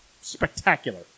spectacular